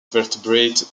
vertebrate